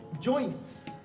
joints